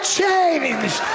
changed